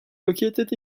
located